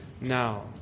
now